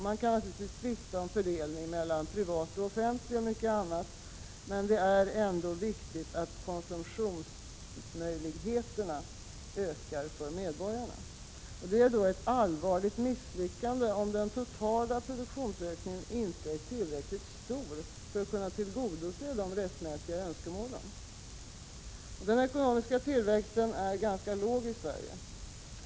Man kan naturligtvis tvista om fördelningen mellan privat och offentlig konsumtion och mycket annat, men det är ändå viktigt att konsumtionsmöjligheterna ökar för medborgarna. Det är då ett allvarligt misslyckande om den totala produktionsökningen inte är tillräckligt stor för att kunna tillgodose de rättmätiga önskemålen. Den ekonomiska tillväxten är ganska låg i Sverige.